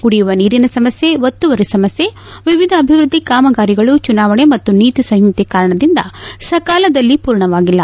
ಕುಡಿಯುವ ನೀರಿನ ಸಮಸ್ಯೆ ಒತ್ತುವರಿ ಸಮಸ್ಯೆ ವಿವಿಧ ಅಭಿವೃದ್ದಿ ಕಾಮಗಾರಿಗಳು ಚುನಾವಣೆ ಮತ್ತು ನೀತಿ ಸಂಹಿತೆ ಕಾರಣದಿಂದ ಸಕಾಲದಲ್ಲಿ ಪೂರ್ಣವಾಗಿಲ್ಲ